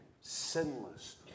sinless